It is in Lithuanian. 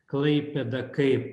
klaipėda kaip